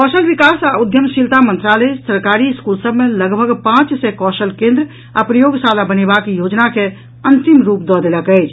कौशल विकास आ उद्यमशीलता मंत्रालय सरकारी स्कूल सभ मे लगभग पांच सय कौशल केंद्र आ प्रयोगशाला बनेबाक योजना के अंतिम रूप दऽ देलक अछि